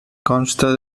consta